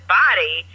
body